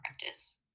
practice